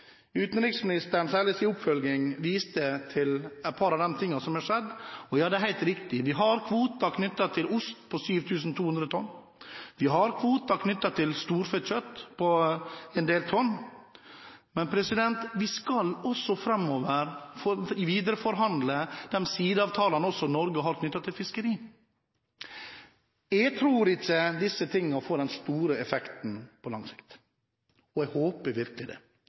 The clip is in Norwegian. Utenriksministeren viste, særlig i sin oppfølging, til noe av det som har skjedd. Det er helt riktig at vi har kvoter knyttet til ost på 7 200 tonn, vi har kvoter knyttet til storfekjøtt på en del tonn. Men vi skal framover også videreforhandle de sideavtalene Norge har, knyttet til fiskeri. Jeg tror og håper virkelig at disse tingene ikke får den store effekten på lang sikt.